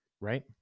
right